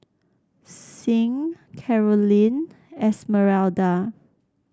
Sing Carolyne Esmeralda